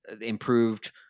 improved